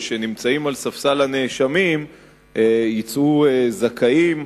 או שנמצאים על ספסל הנאשמים יצאו זכאים,